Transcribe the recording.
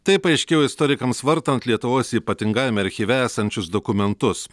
tai paaiškėjo istorikams vartant lietuvos ypatingajame archyve esančius dokumentus